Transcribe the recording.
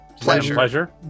Pleasure